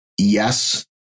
Yes